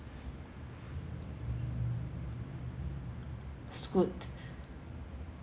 scoot